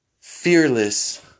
fearless